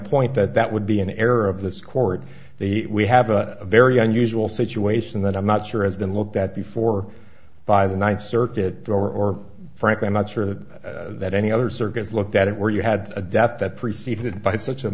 point that that would be an error of the scored the we have a very unusual situation that i'm not sure has been looked at before by the ninth circuit drawer or frankly i'm not sure that any other circuits looked at it where you had a death that preceded by such